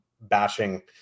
bashing